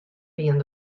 wiene